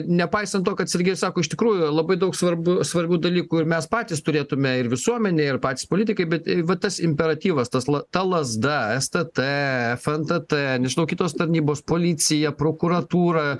nepaisant to kad sergėjus sako iš tikrųjų labai daug svarbu svarbių dalykų ir mes patys turėtume ir visuomenė ir patys politikai bet va tas imperatyvas tas la ta lazda stt fntt nežinau kitos tarnybos policija prokuratūra